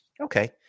Okay